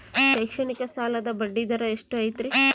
ಶೈಕ್ಷಣಿಕ ಸಾಲದ ಬಡ್ಡಿ ದರ ಎಷ್ಟು ಐತ್ರಿ?